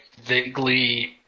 vaguely